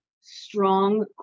strong